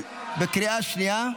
בקריאה שנייה,